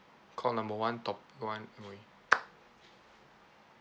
call number one topic one M_O_E